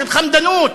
של חמדנות,